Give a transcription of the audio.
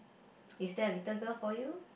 is there a little girl for you